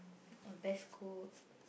a best cook